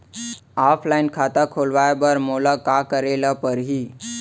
Offline खाता खोलवाय बर मोला का करे ल परही?